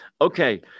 Okay